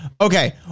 Okay